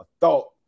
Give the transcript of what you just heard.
thought